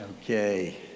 Okay